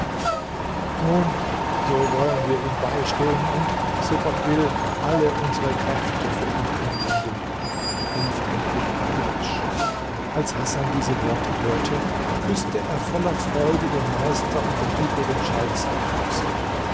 nun so wollen wir ihm beistehen und so gott will alle unsere kräfte für ihn anwenden rief endlich abu risch als hasan diese worte hörte küßte er voller freude dem meister und den übrigen scheichs die füße